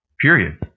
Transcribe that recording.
period